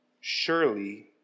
surely